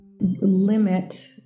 limit